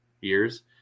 years